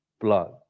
blood